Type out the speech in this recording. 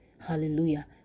Hallelujah